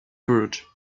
purge